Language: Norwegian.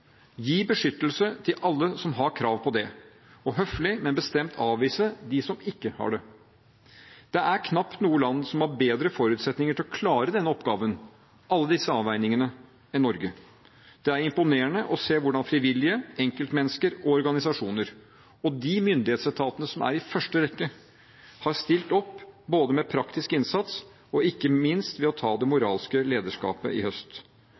gi beskyttelse til alle som har krav på det, og høflig, men bestemt avvise dem som ikke har det. Det er knapt noe land som har bedre forutsetninger for å klare denne oppgaven, foreta alle disse avveiningene, enn Norge. Det er imponerende å se hvordan frivillige, enkeltmennesker og organisasjoner, og de myndighetsetatene som er i første rekke, har stilt opp både med praktisk innsats og ikke minst ved å ta det moralske lederskapet i høst.